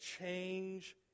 change